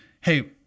Hey